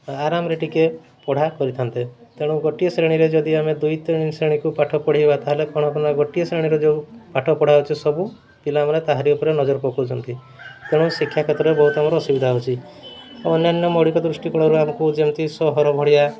ଆରାମରେ ଟିକିଏ ପଢ଼ା କରିଥାନ୍ତେ ତେଣୁ ଗୋଟିଏ ଶ୍ରେଣୀରେ ଯଦି ଆମେ ଦୁଇ ତିନି ଶ୍ରେଣୀକୁ ପାଠ ପଢ଼େଇବା ତା'ହେଲେ କ'ଣ ନା ଗୋଟିଏ ଶ୍ରେଣୀରେ ଯେଉଁ ପାଠ ପଢ଼ା ହେଉଛି ସବୁ ପିଲାମାନେ ତାହାରି ଉପରେ ନଜର ପକାଉଛନ୍ତି ତେଣୁ ଶିକ୍ଷା କ୍ଷେତ୍ରରେ ବହୁତ ଆମର ଅସୁବିଧା ହେଉଛି ଅନ୍ୟାନ୍ୟ ମୌଳିକ ଦୃଷ୍ଟି କୂଳରୁ ଆମକୁ ଯେମିତି ସହର ଭଳିଆ